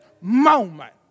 moment